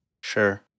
Sure